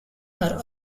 are